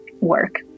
work